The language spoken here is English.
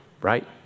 right